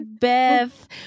Beth